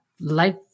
life